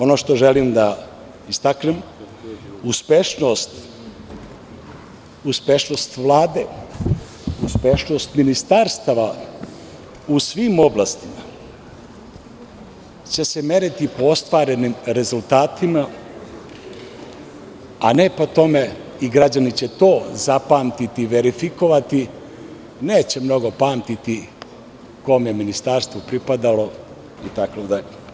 Ono što želim da istaknem, uspešnost Vlade, uspešnost ministarstava u svim oblastima će se meriti po ostvarenim rezultatima, a ne po tome i građani će to zapamtiti i verifikovati, neće mnogo pamtiti kome je ministarstvo pripadalo itd.